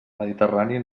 mediterrani